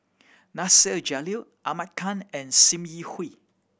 Nasir Jalil Ahmad Khan and Sim Yi Hui